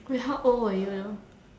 Gwen how old were you though